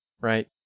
right